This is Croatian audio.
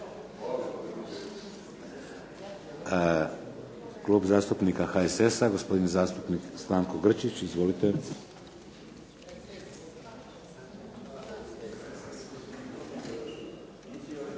jedna. Klub zastupnika HSS-a, gospodin zastupnik Stanko Grčić. Izvolite. **Grčić,